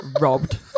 Robbed